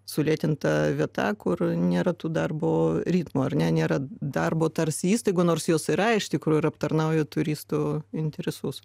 sulėtinta vieta kur nėra tų darbo ritmų ar ne nėra darbo tarsi įstaigų nors jos yra iš tikrųjų ir aptarnauja turistų interesus